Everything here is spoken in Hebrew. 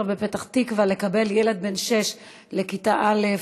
בפתח-תקווה לקבל ילד בן שש לכיתה א'